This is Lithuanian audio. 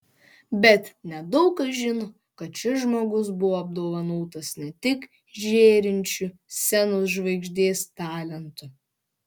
bet nedaug kas žino kad šis žmogus buvo apdovanotas ne tik žėrinčiu scenos žvaigždės talentu